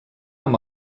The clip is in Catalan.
amb